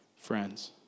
friends